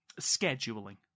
scheduling